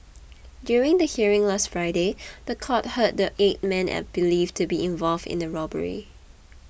during the hearing last Friday the court heard that eight men are believed to be involved in the robbery